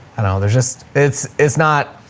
i don't know. there's just, it's it's not,